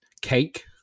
cake